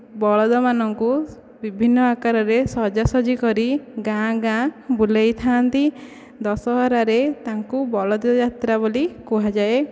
ବଳଦ ମାନଙ୍କୁ ବିଭିନ୍ନ ଆକାରରେ ସଜା ସଜି କରି ଗାଁ ଗାଁ ବୁଲେଇଥାନ୍ତି ଦଶହରା ରେ ତାଙ୍କୁ ବଳଦ ଯାତ୍ରା ବୋଲି କୁହାଯାଏ